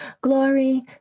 Glory